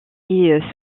est